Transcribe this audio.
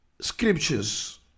scriptures